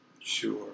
Sure